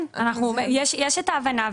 כן, יש את ההבנה.